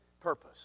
purpose